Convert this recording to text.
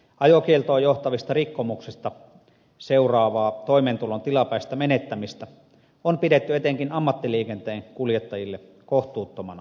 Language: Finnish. ajokieltoon johtavista rikkomuksista seuraavaa toimeentulon tilapäistä menettämistä on pidetty etenkin ammattiliikenteen kuljettajille kohtuuttomana seurauksena